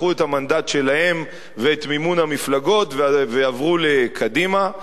לקחו את המנדט שלהם ואת מימון המפלגות ועברו לקדימה.